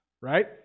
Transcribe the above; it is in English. right